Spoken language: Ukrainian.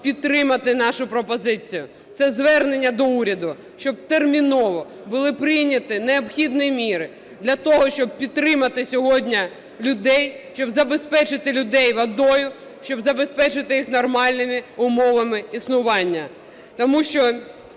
підтримати нашу пропозицію. Це звернення до уряду, щоб терміново були прийняті необхідні міри для того, щоб підтримати сьогодні людей, щоб забезпечити людей водою, щоб забезпечити їх нормальними умовами існування.